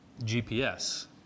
GPS